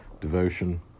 Devotion